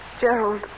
Gerald